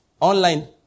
Online